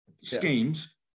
schemes